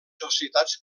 societats